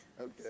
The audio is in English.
Okay